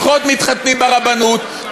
פחות מתחתנים ברבנות,